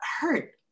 hurt